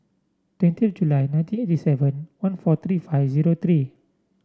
twenty July nineteen eighty seven one four three five zero three